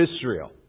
Israel